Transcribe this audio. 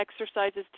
exercises